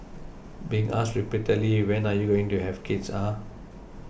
being asked repeatedly When are you going to have kids ah